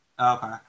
Okay